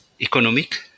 economic